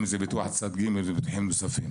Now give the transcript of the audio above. אם ביטוח צד ג' וביטוחים נוספים.